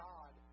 God